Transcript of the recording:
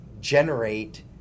generate